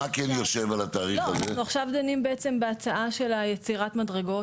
אנחנו עכשיו דנים בעצם בהצעה של יצירת המדרגות,